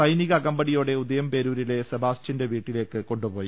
സൈനിക അകമ്പടിയോടെ ഉദയംപേരൂരിലെ സെബാ സ്റ്റ്യന്റെ വീട്ടിലേക്ക് കൊണ്ടുപോയി